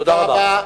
תודה רבה.